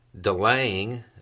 Delaying